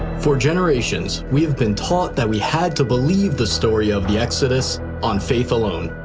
for generations, we've been taught that we had to believe the story of the exodus on faith alone.